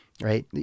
right